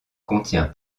contient